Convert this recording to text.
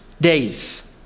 days